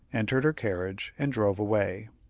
entered her carriage, and drove away.